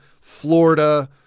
Florida